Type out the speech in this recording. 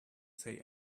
say